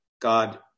God